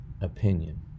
opinion